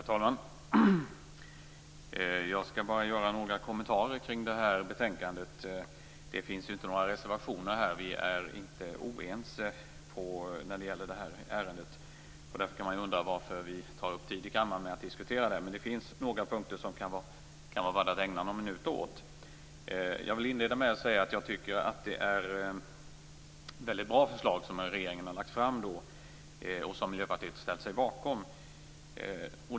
Herr talman! Jag skall bara göra några kommentarer kring betänkandet. Det finns inga reservationer. Vi är inte oense när det gäller detta ärende, och därför kan man undra varför vi tar upp tid i kammaren med att diskutera det. Men det finns några punkter som kan vara värda att ägna några minuter åt. Jag vill inleda med att säga att jag tycker att det är ett väldigt bra förslag som regeringen har lagt fram och som Miljöpartiet har ställt sig bakom.